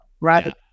right